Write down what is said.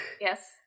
Yes